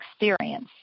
experience